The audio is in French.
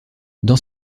dans